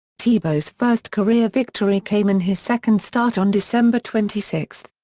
tebow's first career victory came in his second start on december twenty six.